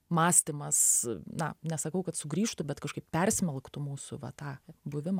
mąstymas na nesakau kad sugrįžtų bet kažkaip persmelktų mūsų va tą buvimą